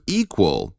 equal